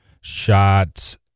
shot